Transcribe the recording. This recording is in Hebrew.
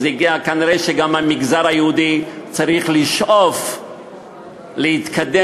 אז כנראה גם המגזר היהודי צריך לשאוף להתקדם